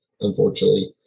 unfortunately